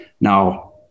Now